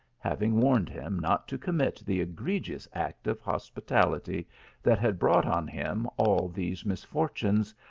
having warned him not to commit the egregious act of hos pitality that had brought on him all these misfor tunes,